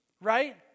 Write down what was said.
right